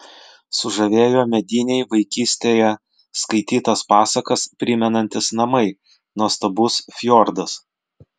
sužavėjo mediniai vaikystėje skaitytas pasakas primenantys namai nuostabus fjordas